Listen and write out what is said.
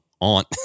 aunt